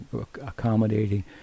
accommodating